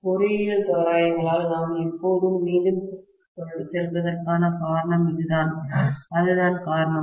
பொறியியல் தோராயங்களால் நாம் எப்போதும் மீண்டும் செல்வதற்கான காரணம் இதுதான் அதுதான் காரணம்